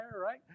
right